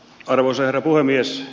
arvoisa herra puhemies